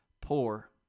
poor